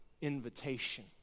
invitation